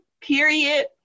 period